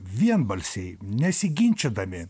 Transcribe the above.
vienbalsiai nesiginčydami